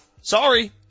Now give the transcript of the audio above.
sorry